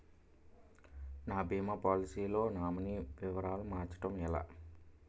నా భీమా పోలసీ లో నామినీ వివరాలు మార్చటం ఎలా?